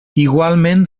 igualment